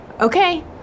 Okay